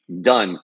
done